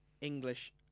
English